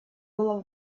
было